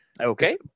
Okay